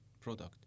product